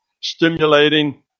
stimulating